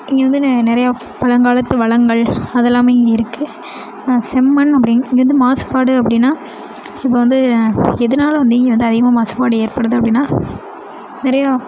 இங்கே வந்து நெ நிறையா பழங்காலத்து வளங்கள் அதெல்லாமே இங்கே இருக்குது செம்மண் அப்படிங் இங்கேந்து மாசுபாடு அப்படின்னா இப்போ வந்து எதனால வந்து இங்கே வந்து அதிகமாக மாசுபாடு ஏற்படுது அப்படின்னா நிறையா